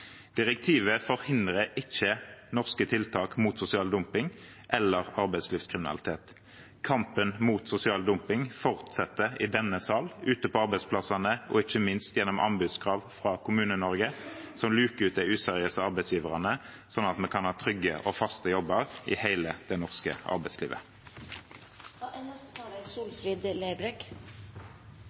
Direktivet forhindrer ikke norske tiltak mot sosial dumping eller arbeidslivskriminalitet. Kampen mot sosial dumping fortsetter i denne sal, ute på arbeidsplassene og ikke minst gjennom anbudskrav fra Kommune-Norge, som luker ut de useriøse arbeidsgiverne, sånn at vi kan ha trygge og faste jobber i hele det norske